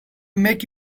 make